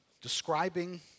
describing